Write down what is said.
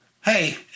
hey